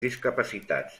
discapacitats